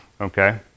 Okay